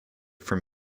from